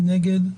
מי נגד?